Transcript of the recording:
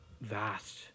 Vast